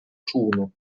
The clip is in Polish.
czółno